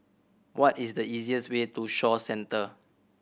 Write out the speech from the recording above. what is the easiest way to Shaw Centre